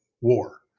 war